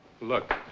look